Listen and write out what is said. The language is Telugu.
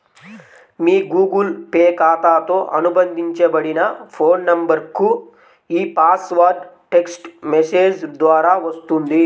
మీ గూగుల్ పే ఖాతాతో అనుబంధించబడిన ఫోన్ నంబర్కు ఈ పాస్వర్డ్ టెక్ట్స్ మెసేజ్ ద్వారా వస్తుంది